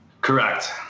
Correct